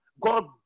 God